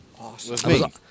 Awesome